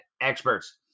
experts